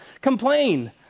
complain